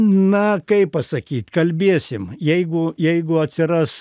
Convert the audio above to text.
na kaip pasakyt kalbėsim jeigu jeigu atsiras